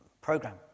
program